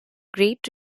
great